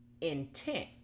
Intent